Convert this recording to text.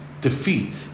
defeat